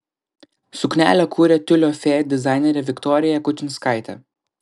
suknelę kūrė tiulio fėja dizainerė viktorija jakučinskaitė